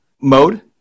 mode